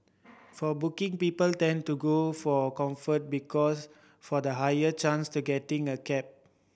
for booking people tend to go for Comfort because for the higher chance to getting a cab